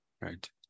Right